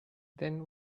then